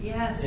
Yes